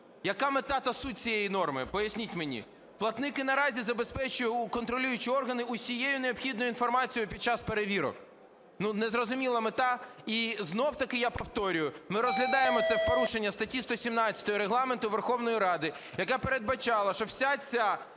Яка мета та суть цієї норми, поясніть мені? Платник і наразі забезпечує контролюючі органи усією необхідною інформацією під час перевірок, не зрозуміла мета. І знов-таки я повторюю, ми розглядаємо це в порушення статті 117 Регламенту Верховної Ради, яка передбачала, що вся ця